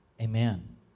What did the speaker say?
Amen